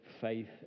faith